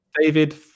David